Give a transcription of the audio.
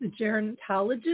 gerontologist